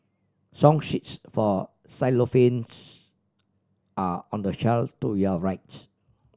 song sheets for xylophones are on the shelf to your right